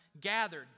gathered